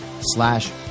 slash